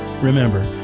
Remember